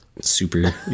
Super